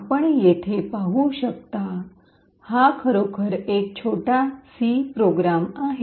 आपण येथे पाहू शकता हा खरोखर एक छोटा सी प्रोग्राम आहे